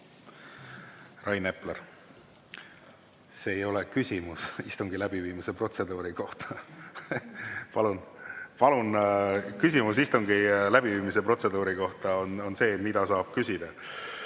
Rain Epler, see ei ole küsimus istungi läbiviimise protseduuri kohta. Palun! Küsimus istungi läbiviimise protseduuri kohta on see, mida saab küsida.